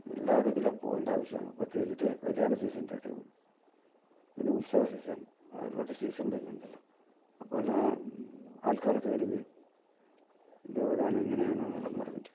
എല്ലാ ദിക്കിലും പൂവിൻ്റെ ആവശ്യമാണ് പ്രത്യേകിച്ച് കല്യാണ സീസണിൻ്റെ ഇടയിൽ നിന്ന് പിന്നെ ഉത്സവ സീസൺ അതുപോലത്തെ സീസൺ വരുന്നുണ്ടല്ലോ അപ്പം എല്ലാ ആൾക്കാർ തേടി വരും ഇത് എവിടെ നിന്ന് എങ്ങനെയാണെന്നെല്ലാം പറഞ്ഞിട്ട്